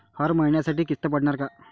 हर महिन्यासाठी किस्त पडनार का?